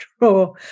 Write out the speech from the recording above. draw